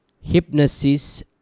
hypnosis